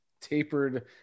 tapered